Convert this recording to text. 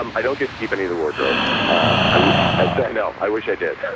um i don't get to keep any of the wardrobe. um i i say no, i wish i did.